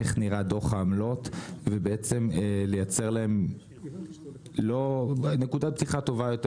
איך נראה דוח העמלות ובעצם לייצר להם נקודת פתיחה טובה יותר